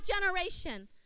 generation